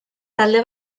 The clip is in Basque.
talde